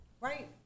Right